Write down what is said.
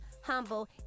humble